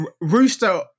rooster